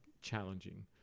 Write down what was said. challenging